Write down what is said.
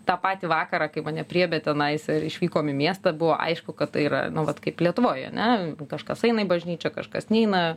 tą patį vakarą kai mane priėmė tenais ir išvykom į miestą buvo aišku kad tai yra nu vat kaip lietuvoj ane kažkas eina į bažnyčią kažkas neina